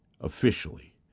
officially